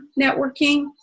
networking